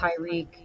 Tyreek